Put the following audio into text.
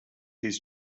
his